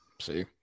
See